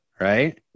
right